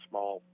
Small